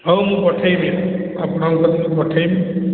ହଉ ମୁଁ ପଠେଇବି ଆପଣଙ୍କ ପାଖକୁ ପଠେଇବି